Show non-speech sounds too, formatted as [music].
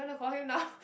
you want to call him now [laughs]